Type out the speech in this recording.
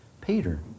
Peter